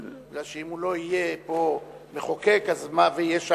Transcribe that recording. כי אם הוא לא יהיה מחוקק פה ויהיה שם,